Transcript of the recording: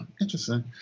interesting